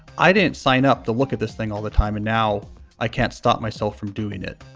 i didn't sign up to look at this thing all the time and now i can't stop myself from doing it